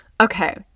Okay